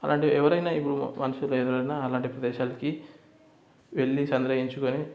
అలాంటి ఎవరైనా ఇప్పుడు మనుషులు ఎవరైనా అలాంటి ప్రదేశాలకి వెళ్ళి సంగ్రహించుకొని